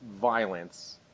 violence